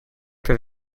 per